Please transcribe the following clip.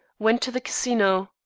went to the casino,